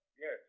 yes